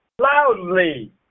loudly